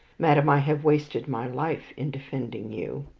madame, i have wasted my life in defending you!